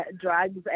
drugs